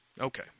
Okay